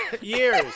years